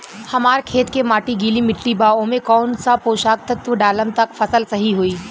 हमार खेत के माटी गीली मिट्टी बा ओमे कौन सा पोशक तत्व डालम त फसल सही होई?